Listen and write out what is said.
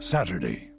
Saturday